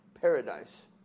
paradise